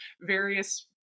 various